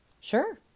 Sure